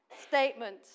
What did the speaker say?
statement